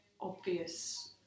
obvious